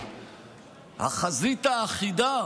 החזית האחידה